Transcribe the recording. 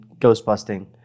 ghostbusting